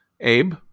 Abe